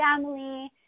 family